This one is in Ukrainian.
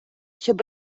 щоб